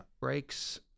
brakes